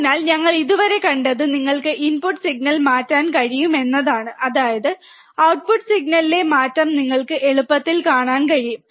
അതിനാൽ ഞങ്ങൾ ഇതുവരെ കണ്ടത് നിങ്ങൾക്ക് ഇൻപുട്ട് സിഗ്നൽ മാറ്റാൻ കഴിയും എന്നതാണ് അതായത് ഔട്ട്പുട്ട് സിഗ്നലിലെ മാറ്റം നിങ്ങൾക്ക് എളുപ്പത്തിൽ കാണാൻ കഴിയും